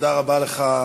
תודה רבה לך,